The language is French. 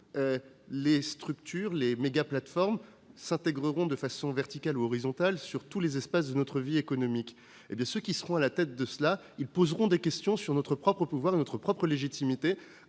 les structures et les mégaplateformes s'intégreront de façon verticale ou horizontale dans toutes les strates de notre vie économique, ceux qui seront à leur tête poseront des questions sur notre propre pouvoir et sur notre légitimité